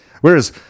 whereas